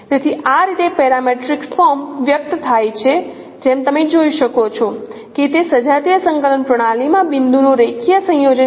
તેથી આ રીતે પેરામેટ્રિક ફોર્મ વ્યક્ત થાય છે જેમ તમે જોઈ શકો છો કે તે સજાતીય સંકલન પ્રણાલીમાં બિંદુનો રેખીય સંયોજન છે